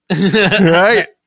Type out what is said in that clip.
Right